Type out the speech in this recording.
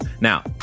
Now